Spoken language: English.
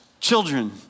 children